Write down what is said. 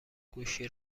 گوشی